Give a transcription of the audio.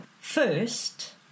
First